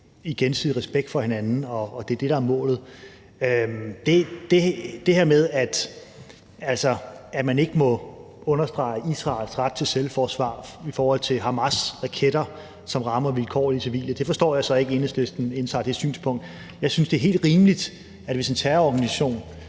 i gensidig respekt for hinanden, og at det er det, der er målet. Det her synspunkt, at man ikke må understrege Israels ret til selvforsvar over for Hamas' raketter, som rammer vilkårlige civile, forstår jeg så ikke Enhedslisten indtager. Jeg synes, det er helt rimeligt, at hvis en terrororganisation